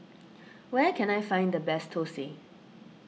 where can I find the best Thosai